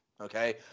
okay